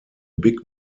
big